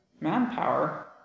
manpower